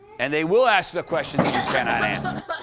and they will ask the questions that you cannot answer.